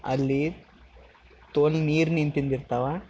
ಅಲ್ಲಿ ತೋನಿ ನೀರು ನಿಂತಿಂದ್ದು ಇರ್ತವ